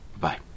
Bye